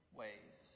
ways